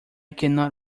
cannot